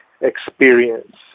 experience